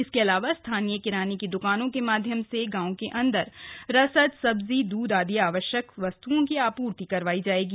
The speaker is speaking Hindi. इसके अलावा स्थानीय किराने की दुकानों के माध्यम से गांव के अन्दर रसद सब्जी दूध आदि आवश्यक वस्त्रों की आपूर्ति करवाई जाएगी